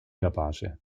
capace